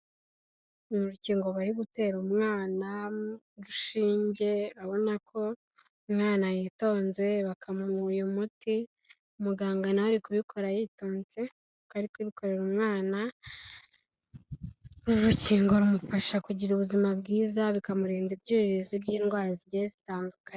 Urukingo bari gutera umwana, urushinge arabona ko umwana yitonze, bakamuha uyu muti, muganga nawe kubikora yitonze kuko ari kubikorera umwana, uru rukingo rumufasha kugira ubuzima bwiza, bikamurinda ibyuririzi by'indwara zigiye zitandukanye.